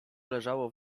leżało